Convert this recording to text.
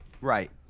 Right